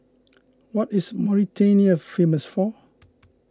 what is Mauritania famous for